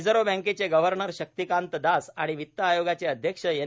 reserve बँकेचे governor Shaktikanta Das आणि वित्त आयोगाचे अध्यक्ष एन